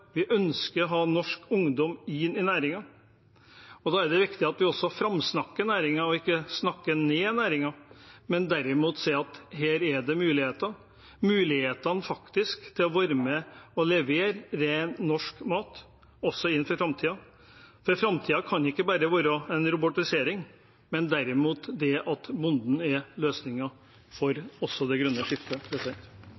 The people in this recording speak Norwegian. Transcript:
Vi ønsker å ha norsk ungdom inn i næringen, og da er det viktig at vi også framsnakker næringen, at vi ikke snakker ned næringen, men derimot sier at her er det muligheter – muligheter til faktisk å være med og levere ren, norsk mat også inn i framtiden. Framtiden kan ikke bare være en robotisering, men derimot at bonden er